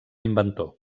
inventor